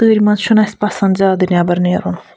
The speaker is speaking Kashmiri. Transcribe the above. تۭرِ منٛز چھُنہٕ اَسہِ زیادٕ پَسنٛد نٮ۪بَر نٮ۪رُن